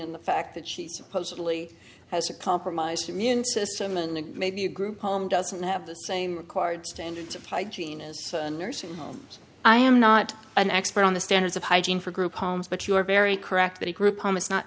and the fact that she supposedly has a compromised immune system and maybe a group home doesn't have the same required standard of hygiene is a nursing homes i am not an expert on the standards of hygiene for group homes but you are very correct that a group promise not